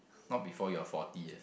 not before you are forty eh